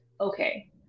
okay